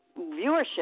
viewership